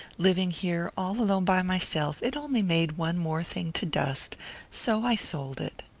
living here all alone by myself it only made one more thing to dust so i sold it.